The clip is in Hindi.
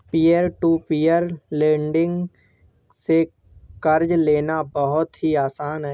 पियर टू पियर लेंड़िग से कर्ज लेना बहुत ही आसान है